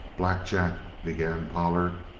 black jack began pollard.